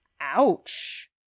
Ouch